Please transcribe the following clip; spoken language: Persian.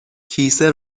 کیسه